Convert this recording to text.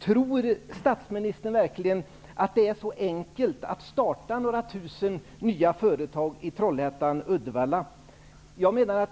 Tror statsministern verkligen att det är så enkelt att starta några tusen nya företag i Trollhättan och Uddevalla?